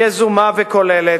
יזומה וכוללת,